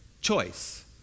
choice